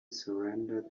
surrender